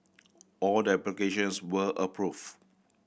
all the applications were approved